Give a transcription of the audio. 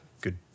good